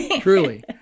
Truly